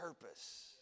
purpose